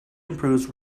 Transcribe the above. improves